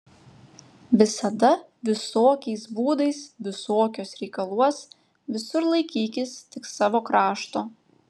visada visokiais būdais visokiuos reikaluos visur laikykis tik savo krašto